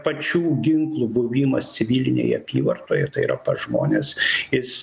pačių ginklų buvimas civilinėje apyvartoje tai yra pas žmones jis